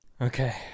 Okay